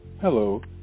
Hello